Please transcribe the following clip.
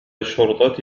الشرطة